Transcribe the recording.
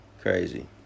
Crazy